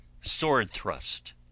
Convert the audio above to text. sword-thrust